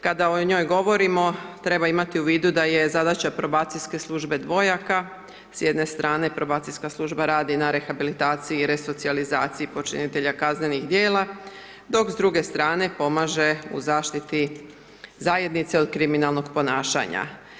Kada o njoj govorimo, treba imati u vidu da je zadaća Probacijske službe dvojaka, s jedne strane Probacijska služba radi na rehabilitaciji, resocijalizaciji počinitelja kaznenih djela, dok s druge strane pomaže u zaštiti zajednice od kriminalnog ponašanja.